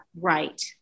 right